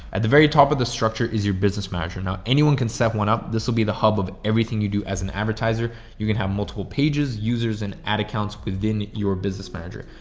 at the very top of the structure is your business manager. now anyone can set one up. this'll be the hub of everything you do as an advertiser. you can have multiple pages, users and ad accounts within your business manager.